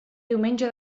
diumenge